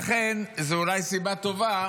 לכן זה אולי סיבה טובה